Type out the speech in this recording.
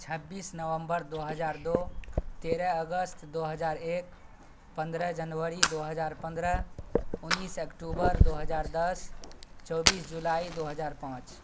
چھبیس نومبر دو ہزار دو تیرہ اگست دو ہزار ایک پندرہ جنوری دو ہزار پندرہ انیس اکٹوبر دو ہزار دس چوبیس جولائی دو ہزار پانچ